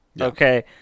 Okay